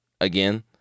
again